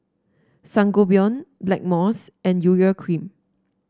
Sangobion Blackmores and Urea Cream